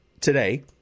today